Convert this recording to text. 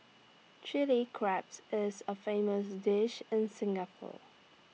Chilli crabs is A famous dish in Singapore